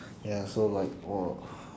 ya so like !whoa!